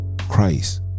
Christ